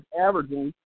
averaging